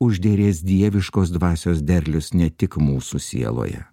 užderės dieviškos dvasios derlius ne tik mūsų sieloje